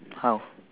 how